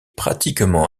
pratiquement